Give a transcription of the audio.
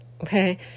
okay